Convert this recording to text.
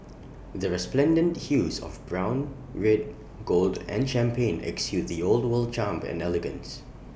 the resplendent hues of brown red gold and champagne exude the old world charm and elegance